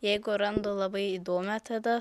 jeigu randu labai įdomią tada